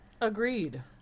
Agreed